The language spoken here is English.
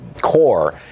core